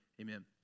Amen